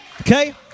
Okay